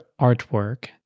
artwork